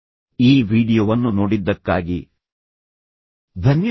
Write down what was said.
ಈ ವೀಡಿಯೊವನ್ನು ನೋಡಿದ್ದಕ್ಕಾಗಿ ಧನ್ಯವಾದಗಳು